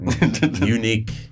Unique